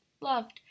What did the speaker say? loved